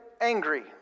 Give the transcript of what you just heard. angry